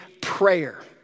prayer